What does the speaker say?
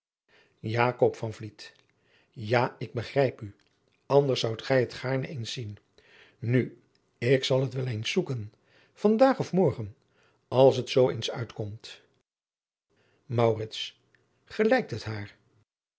ja ik begrijp u anders zoudt gij het gaarne eens zien nu ik zal het wel eens zoeken van daag of morgen als het zoo eens uitkomt maurits gelijkt het haar